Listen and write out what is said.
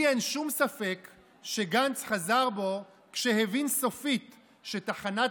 לי אין שום ספק שגנץ חזר בו כשהבין סופית שתחנת